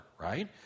right